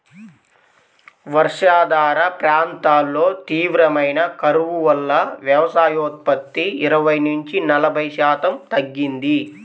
వర్షాధార ప్రాంతాల్లో తీవ్రమైన కరువు వల్ల వ్యవసాయోత్పత్తి ఇరవై నుంచి నలభై శాతం తగ్గింది